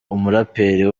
umuraperi